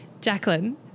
Jacqueline